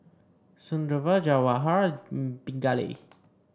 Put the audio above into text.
Sunderlal Jawaharlal Pingali